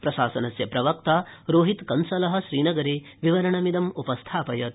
प्रशासनस्य प्रवक्ता रोहितकंसल श्रीनगरे विवरणमिदम् उपस्थापयत्